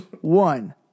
one